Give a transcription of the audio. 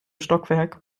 stockwerk